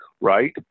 right